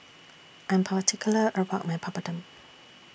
I'm particular about My Papadum